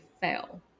fail